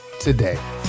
today